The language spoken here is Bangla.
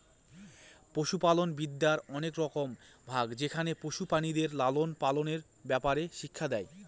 পশুপালনবিদ্যার অনেক রকম ভাগ যেখানে পশু প্রাণীদের লালন পালনের ব্যাপারে শিক্ষা দেয়